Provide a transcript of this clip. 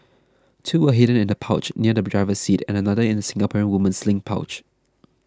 two were hidden in a pouch under the driver's seat and another in a Singaporean woman's sling pouch